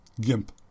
GIMP